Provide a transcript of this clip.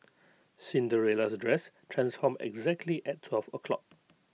Cinderella's dress transformed exactly at twelve o' clock